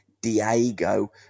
Diego